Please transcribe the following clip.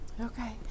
Okay